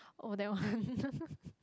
oh that one